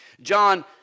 John